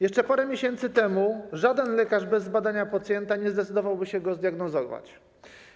Jeszcze parę miesięcy temu żaden lekarz bez zbadania pacjenta nie zdecydowałby się go zdiagnozować.